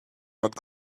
not